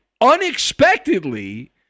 unexpectedly